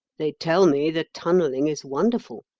they tell me the tunnelling is wonderful.